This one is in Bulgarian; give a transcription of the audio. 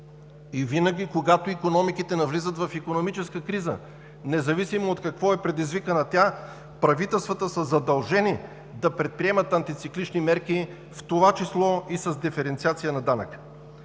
И винаги, когато икономиките навлизат в икономическа криза, независимо от какво е предизвикана тя, правителствата са задължени да предприемат антициклични мерки, в това число и с диференциация на данъка.